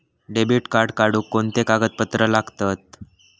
Debit card काढुक कोणते कागदपत्र लागतत?